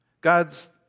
God's